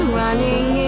running